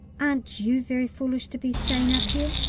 aren't you very foolish to be staying up here?